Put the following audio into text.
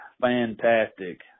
fantastic